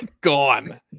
gone